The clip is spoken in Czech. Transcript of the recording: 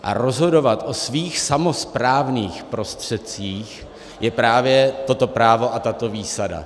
A rozhodovat o svých samosprávných prostředcích je právě toto právo a tato výsada.